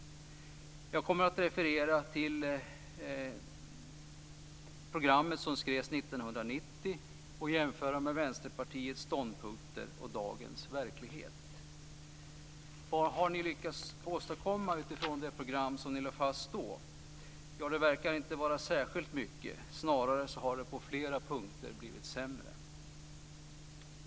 Jag kommer att referera till det program som skrevs 1990 och skall jämföra det med Vänsterpartiets ståndpunkter och dagens verklighet. Vad har ni lyckats åstadkomma utifrån det program som ni då lade fast? Det verkar inte vara särskilt mycket. Snarare har det på flera punkter blivit sämre.